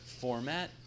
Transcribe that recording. format